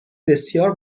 بسیار